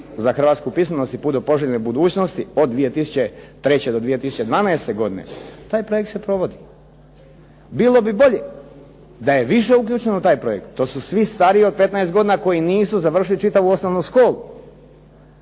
za Hrvatsku pismenost i put do poželjne budućnosti od 2003. do 2012. godine taj projekt se provodi. Bilo bi bolje da je više uključeno u taj projekt, to su svi stariji od 15 godina koji nisu završili čitavu osnovnu školu.